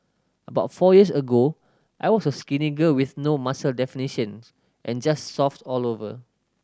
about four years ago I was a skinny girl with no muscle definitions and just soft all over